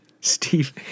Steve